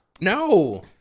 No